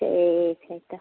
ठीक छै तऽ